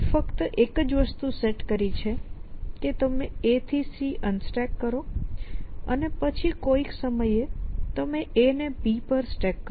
ફક્ત એક જ વસ્તુ સેટ કરી છે કે તમે A થી C અનસ્ટેક કરો અને પછી કોઈક સમયે તમે A ને B પર સ્ટેક કરો